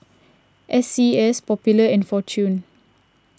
S C S Popular and fortune